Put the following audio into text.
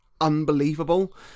unbelievable